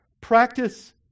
practice